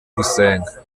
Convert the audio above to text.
gusenga